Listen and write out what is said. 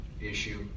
issue